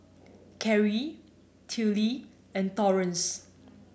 Carey Tillie and Torrence